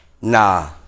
Nah